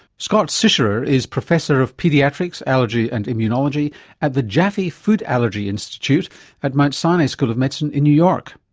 scott sicherer is professor of paediatrics, allergy and immunology at the jaffe food allergy institute at mount sinai school of medicine in new york.